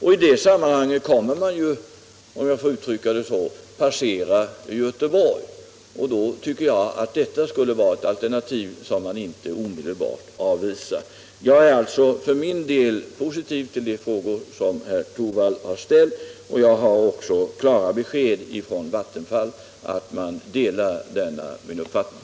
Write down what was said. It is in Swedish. I det sammanhanget kommer man ju — om jag får uttrycka det så — att passera Göteborg. Jag tycker därför att det skulle vara ett alternativ som man inte omedelbart avvisar. Jag är alltså positiv till de frågor som herr Torwald har ställt. Jag har också klara besked från Vattenfall att man delar denna min uppfattning.